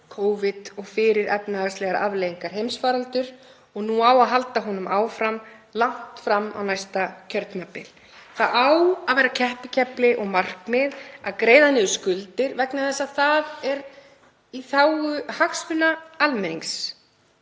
Covid og fyrir efnahagslegar afleiðingar heimsfaraldurs. Og nú á að halda honum áfram langt fram á næsta kjörtímabil. Það á að vera keppikefli og markmið að greiða niður skuldir vegna þess að það er í þágu hagsmuna almennings.